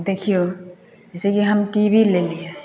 देखिऔ जइसेकि हम टी भी लेलिए